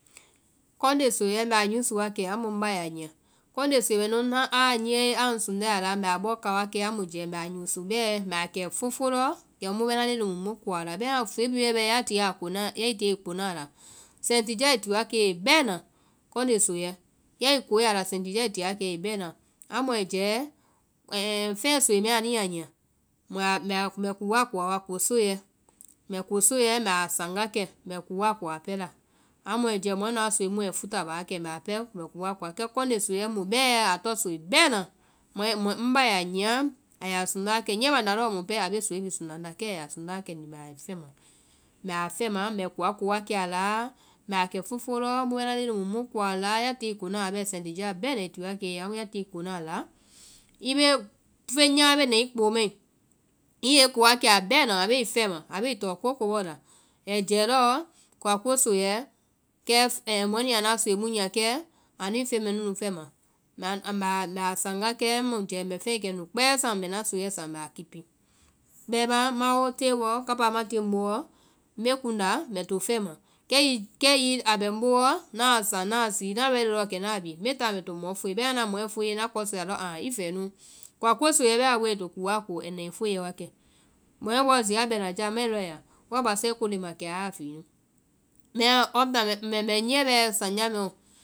Kɔnde soeiɛ mbɛ a usu wa kȧ, amu ŋ ba yaa nyia, kɔnde soei mɛnu ŋ bá aa nyiae a ŋ sundae a la mbɛ a bɔɔ ka wakɛ amu a jɛɛ mbɛ a usu bɛɛ, mbɛ a bɔɔ kɛ fofo lɔ kɛmu mu bɛ ŋna leŋɛ muĩ mu ko a la, bɛmaã soei bhii wa bɛɛ ya tie i kona a la sɛtija ai ti wakɛ i ye bɛna, kɔnde soeeiɛ, ya i koee a la sɛtija i ti wakɛ i ye bɛna. Amu ai jɛɛ fɛɛ soei mɛɛ anu yaa nyia, mɛ koa ko a wa, kosoeiɛ, mbɛ kosoeiɛ mbɛ a saŋ wa kɛ mbɛ koa ko a pɛɛ la. Amu ai jɛɛ mɔɛ nuã soei mu ai futa baa kɛ, mbɛ a pɛɛ mbɛ koa ko aa, kɛ kɔnde soeiɛ bɛɛ a tɔŋ soei bɛna, mɔĩ ŋ bá yaa nyia ai ya sunda wakɛ, nyiɛ banda lɔɔ mu pɛɛ a bee soei bhii sunda ŋ nda, kɛ a ya sunda wa kɛ ni mbɛ a fɛɛ ma, mbɛ a fɛma, mbɛ koa ko wakɛ a laa, mbɛ a kɛ fofo lɔ mu bɛ ŋna leŋɛ nu muĩ mu ko a laa, ya tie i kona ala sɛtija bɛɛna i ti wa kɛ i ye, amu ya tie i kona a la i bee- feŋ nyama bee na i kpoo mai, i yɛ i ko wa kɛ a la bɛɛna a bee i fɛma, a bee i tɔɔ kooko bɔɔ la. Ai jɛɛ lɔɔ koa ko soeiɛ, kɛ mɔɛ nu yaa nuã soei mu nyia kɛ, anuĩ feŋ mɛɛ nunu fɛma, mbɛ mbɛ a saŋ wakɛɛ, amu i jɛɛ mbɛ feŋ kɛ nu kpɛɛ saŋ mbɛ ŋna soeiɛ saŋ mbɛ a kɛ nu. Bɛmaã ŋma woo tée bɔɔ kápá ma tie ŋ booɔ, mbe kuŋnda mbɛ to fɛma, kɛ hiŋi a bɛ ŋ booɔ, ŋna a saŋ ŋna a sii, ŋna ready lɔɔ kɛ ŋna bii, mbe táa mbɛ to mɔ fue, bɛmaã ŋna mɔ fue ŋna kɔsɔɛ alɔ ah i fɛɛ nuu, koa ko soeiɛ bɛ aa fɔe ai na kola ko ai na ai fue wakɛ. mɔɛ bɔɔ zii a bɛnajá mae lɔɔ i la woa basae koleŋ nda kɛ aa fii nu. Bɛmaã up town mɛɛ mbɛ nyiɛ bɛɛ sanjá mɛɔ